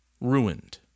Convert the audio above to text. ruined